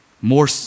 more